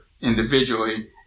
individually